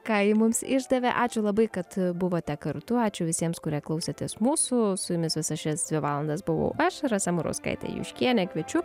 ką ji mums išdavė ačiū labai kad buvote kartu ačiū visiems kurie klausotės mūsų su jumis visas šias dvi valandas buvau aš rasa murauskaitė juškienė kviečiu